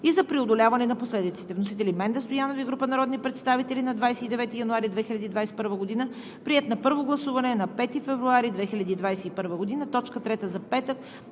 и за преодоляване на последиците. Вносители – Менда Стоянова и група народни представители на 29 януари 2021 г. Приет е на първо гласуване на 5 февруари 2021 г. – точка трета за петък,